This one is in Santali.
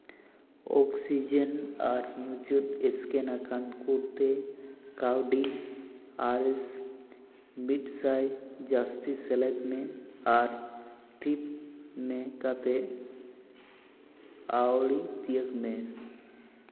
ᱚᱠᱥᱤᱡᱮᱱ ᱟᱨ ᱢᱩᱪᱟᱹᱫ ᱮᱥᱠᱮᱱ ᱟᱠᱟᱱ ᱠᱳᱰ ᱛᱮ ᱠᱟᱹᱣᱰᱤ ᱟᱨᱮᱥ ᱢᱤᱫ ᱥᱟᱭ ᱡᱟᱹᱥᱛᱤ ᱥᱮᱞᱮᱫ ᱢᱮ ᱟᱨ ᱴᱤᱯ ᱢᱮᱱ ᱠᱟᱛᱮᱫ ᱟᱹᱣᱲᱤ ᱛᱤᱭᱳᱜ ᱢᱮ